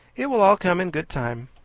it will all come in good time.